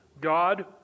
God